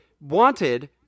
wanted